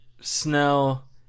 Snell